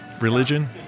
religion